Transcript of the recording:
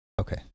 Okay